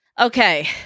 Okay